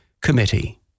Committee